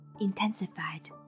intensified